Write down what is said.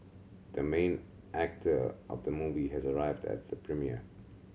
the main actor of the movie has arrived at the premiere